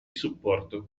supporto